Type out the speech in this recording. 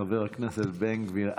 חבר הכנסת בן גביר,